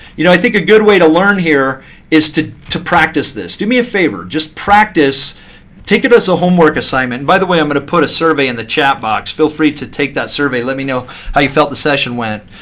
you know i think a good way to learn here is to to practice this. do me a favor just practice take it as a homework assignment. by the way, i'm going but to put a survey in the chat box. feel free to take that survey, let me know how you felt the session went.